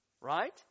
right